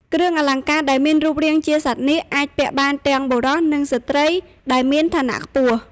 គ្រឿងអលង្ការដែលមានរូបរាងជាសត្វនាគអាចពាក់បានទាំងបុរសនិងស្ត្រីដែលមានឋានៈខ្ពស់។